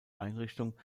einrichtung